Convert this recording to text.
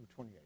28